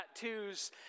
tattoos